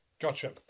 Gotcha